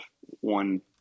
one